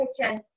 kitchen